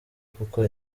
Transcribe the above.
kuko